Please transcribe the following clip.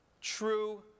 true